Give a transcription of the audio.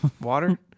Water